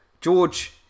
George